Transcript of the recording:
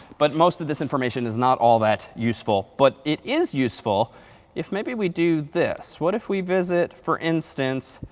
but most of this information is not all that useful. but it is useful if maybe we do this. what if we visit, for instance